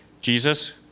Jesus